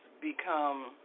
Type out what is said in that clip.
become